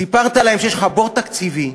סיפרת להם שיש לך בור תקציבי,